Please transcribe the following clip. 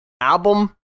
album